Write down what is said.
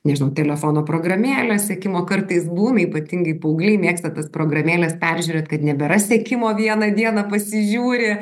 nežinau telefono programėle sekimo kartais būna ypatingai paaugliai mėgsta tas programėles peržiūrėt kad nebėra sekimo vieną dieną pasižiūri